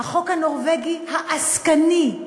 החוק הנורבגי העסקני,